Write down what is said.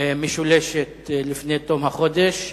משולשת לפני תום החודש.